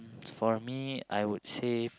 for me I would save